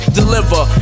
deliver